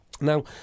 Now